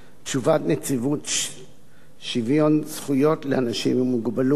את תשובת נציבות שוויון זכויות לאנשים עם מוגבלות